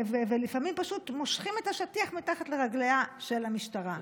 ולפעמים פשוט מושכים את השטיח מתחת לרגליה של המשטרה.